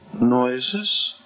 Noises